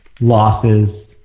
losses